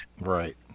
right